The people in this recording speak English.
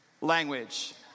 language